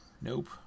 Nope